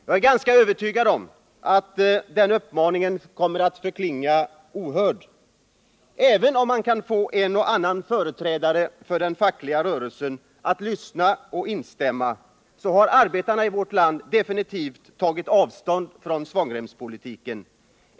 Jag är ganska övertygad om att den uppmaningen kommer att förklinga ohörd; även om man kan få en och annan företrädare för den fackliga rörelsen att lyssna och instämma, har arbetarna i vårt land definitivt tagit avstånd från svångremspolitiken.